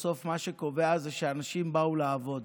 בסוף מה שקובע זה שאנשים באו לעבוד.